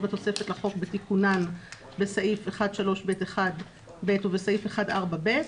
בתוספת לחוק בתיקונן בסעיף 1(3)(ב)(1)(ב) ובסעיף 1(4)(ב)